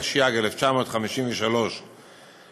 התשי"ג 1953 (להלן,